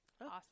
Awesome